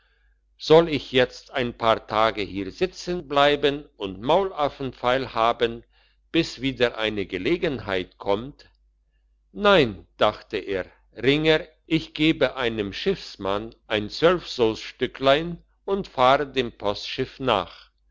soll ich jetzt ein paar tage hier sitzen bleiben und maulaffen feil haben bis wieder eine gelegenheit kommt nein dachte er ringer ich gebe einem schiffsmann ein zwölfsousstücklein und fahre dem postschiff nach